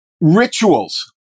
rituals